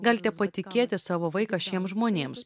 galite patikėti savo vaiką šiems žmonėms